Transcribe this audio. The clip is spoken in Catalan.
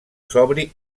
sobri